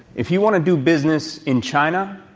if you want to do business in china,